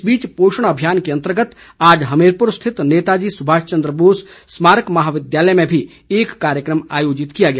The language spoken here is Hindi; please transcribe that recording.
इस बीच पोषण अभियान के अंतर्गत आज हमीरपुर स्थित नेता जी सुभाषचंद्र बोस स्मारक महाविद्यालय में भी एक कार्यक्रम आयोजित किया गया